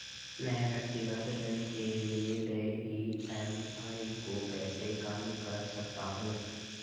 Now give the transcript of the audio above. मैं व्यक्तिगत ऋण के लिए देय ई.एम.आई को कैसे कम कर सकता हूँ?